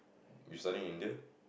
we study Indian